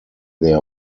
their